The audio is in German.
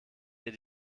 ihr